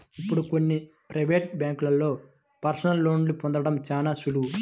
ఇప్పుడు కొన్ని ప్రవేటు బ్యేంకుల్లో పర్సనల్ లోన్ని పొందడం చాలా సులువు